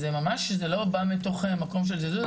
אז זה ממש לא בא מתוך מקום של זלזול,